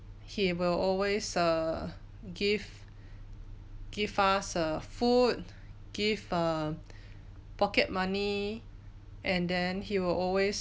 he will always err give give us err food give err pocket money and then he will always